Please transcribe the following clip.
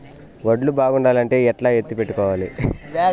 వడ్లు బాగుండాలంటే ఎట్లా ఎత్తిపెట్టుకోవాలి?